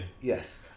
Yes